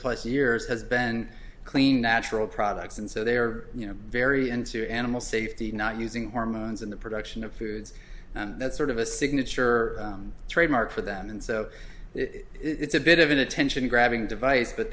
plus years has been clean natural products and so they are you know very into animal safety not using hormones in the production of foods that's sort of a signature trademark for them and so it's a bit of an attention grabbing device but